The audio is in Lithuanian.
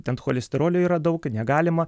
ten cholesterolio yra daug negalima